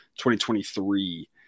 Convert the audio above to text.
2023